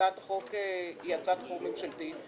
הצעת החוק היא הצעת חוק ממשלתית,